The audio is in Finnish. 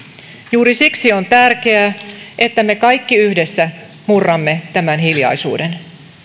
juuri siksi on tärkeää että me kaikki yhdessä murramme tämän hiljaisuuden